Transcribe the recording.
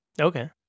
Okay